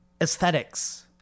aesthetics